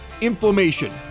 inflammation